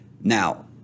Now